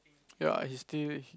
ya he still he